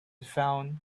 found